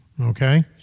Okay